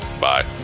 Bye